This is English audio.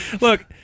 Look